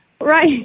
Right